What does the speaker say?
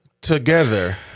together